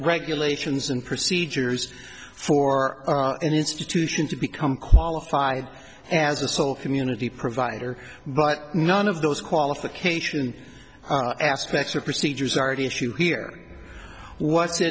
regulations and procedures for our institution to become qualified as a sole community provider but none of those qualification aspects of procedures are at issue here what